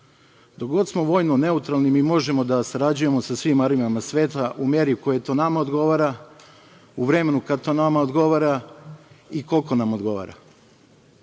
god smo vojno neutralni, mi možemo da sarađujemo sa svim marinama sveta u meri koja to nama odgovara, u vremenu kada to nama odgovara i koliko nam odgovara.U